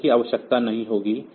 तो इसकी आवश्यकता नहीं होगी